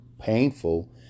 painful